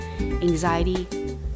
anxiety